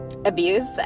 Abuse